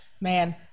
man